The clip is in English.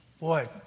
Boy